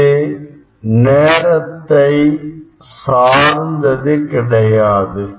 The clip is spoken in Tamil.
இது நேரத்தை சார்ந்தது கிடையாது